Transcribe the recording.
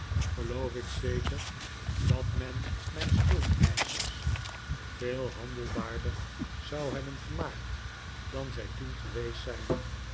geloof ik zeker dat men mijn schuldeischers veel handelbaarder zou hebben gemaakt dan zij toen geweest zijn